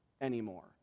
anymore